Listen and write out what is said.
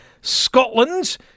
Scotland